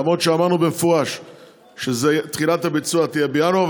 למרות שאמרנו במפורש שתחילת הביצוע תהיה בינואר,